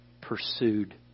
pursued